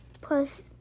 plus